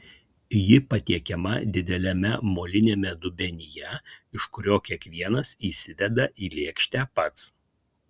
ji patiekiama dideliame moliniame dubenyje iš kurio kiekvienas įsideda į lėkštę pats